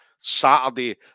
Saturday